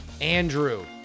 Andrew